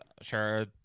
sure